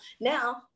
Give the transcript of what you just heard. Now